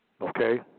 Okay